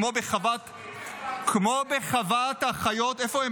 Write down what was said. כמו בחוות החיות --- איפה העצורים האלה?